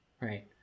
right